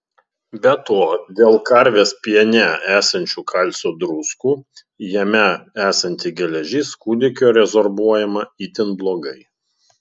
be to dėl karvės piene esančių kalcio druskų jame esanti geležis kūdikio rezorbuojama itin blogai